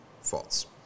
faults